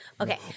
Okay